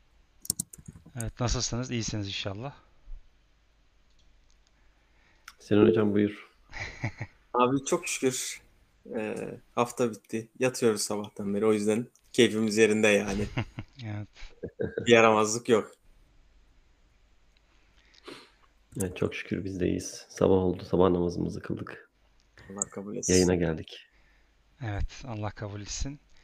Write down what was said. Evet, nasılsınız? İyisiniz inşallah. Sinan hocam buyur. Abi çok şükür, e, hafta bitti. Yatıyoruz sabahtan beri, o yüzden keyfimiz yerinde yani. Evet. Bir yaramazlık yok. Evet, çok şükür biz de iyiyiz. Sabah oldu, sabah namazımızı kıldık. Allah kabul etsin. Yayına geldik. Evet, Allah kabul etsin.